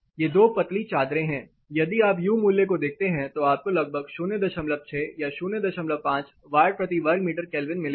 ये दो पतली चादरें हैं यदि आप यू मूल्य को देखते हैं तो आपको लगभग 06 या 05 वाट प्रति वर्ग मीटर केल्विन मिलेगा